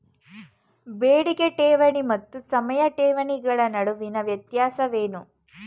ಬೇಡಿಕೆ ಠೇವಣಿ ಮತ್ತು ಸಮಯ ಠೇವಣಿಗಳ ನಡುವಿನ ವ್ಯತ್ಯಾಸವೇನು?